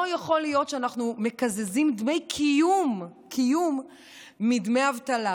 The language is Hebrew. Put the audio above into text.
לא יכול להיות שאנחנו מקזזים דמי קיום מדמי אבטלה,